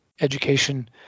education